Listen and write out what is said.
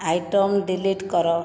item delete କର